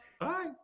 Bye